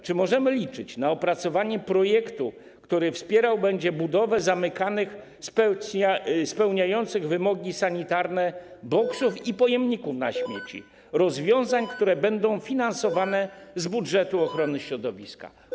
Czy możemy liczyć na opracowanie projektu, który wspierał będzie budowę zamykanych, spełniających wymogi sanitarne boksów i pojemników na śmieci, rozwiązań, które będą finansowane z budżetu ochrony środowiska?